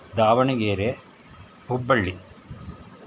Davanagere Hubballi